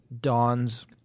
Dawn's